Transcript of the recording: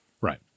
Right